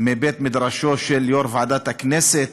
מבית-מדרשו של יושב-ראש ועדת הכנסת,